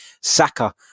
Saka